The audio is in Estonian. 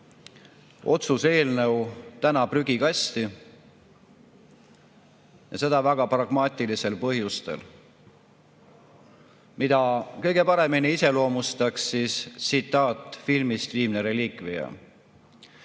otsuse eelnõu täna prügikasti ja seda väga pragmaatilistel põhjustel, mida kõige paremini iseloomustab tsitaat filmist "Viimne reliikvia",